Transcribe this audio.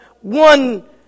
one